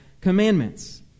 commandments